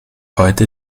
heute